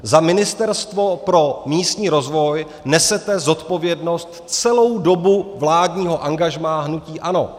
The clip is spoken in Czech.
Za Ministerstvo pro místní rozvoj nesete zodpovědnost celou dobu vládního angažmá hnutí ANO.